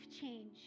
change